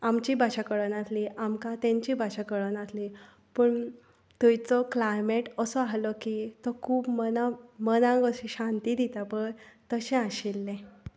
आमची भाशा कळनासली आमकां तांची भाशा कळनासली पूण थंयचो क्लायमेट असो आसलो की तो खूब मनाक मनाक अशी शांती दिता पळय तशें आशिल्लें